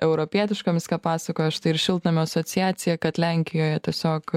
europietiškomis ką pasakoja štai ir šiltnamių asociacija kad lenkijoj tiesiog